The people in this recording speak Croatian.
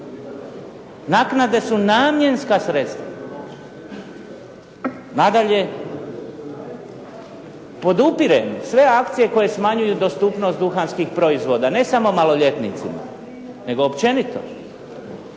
Naknade su namjenska sredstva. Nadalje, podupirem sve akcije koje smanjuju dostupnost duhanskih proizvoda ne samo maloljetnicima nego općenito.